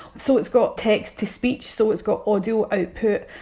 so, it's got text to speech, so it's got audio output.